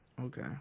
Okay